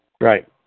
Right